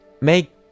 make